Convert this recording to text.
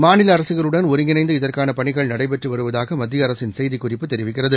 மாநில அரசுகளுடன் ஒருங்கிணைந்து இதற்கான பணிகள் நடைபெற்று வருவதாக மத்திய அரசின் செய்திக்குறிப்பு தெரிவிக்கிறது